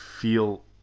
feel